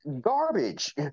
garbage